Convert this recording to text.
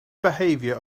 behavior